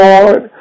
Lord